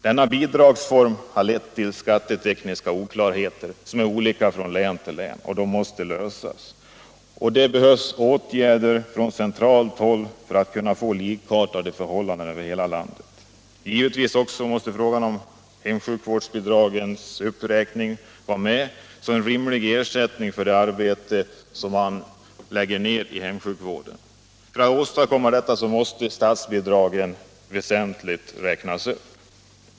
Denna bidragsform har lett till skattetekniska oklarheter som är olika från län till län och som måste lösas. Det behövs åtgärder från centralt håll för att få till stånd likartade förhållanden över hela landet. Givetvis måste i fråga om hemsjukvårdsbidragen en uppräkning ske så att de utgör en rimlig ersättning för det arbete vårdaren utför. För att åstadkomma detta måste statsbidragen räknas upp väsentligt.